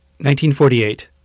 1948